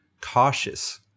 Cautious